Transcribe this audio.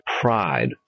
Pride